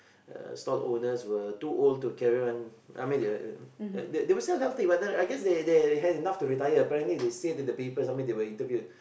uh stall owners were too old to carry on I mean they they they were still healthy but then I guess they they have enough to retire apparently they say that the people sometimes they were interviewed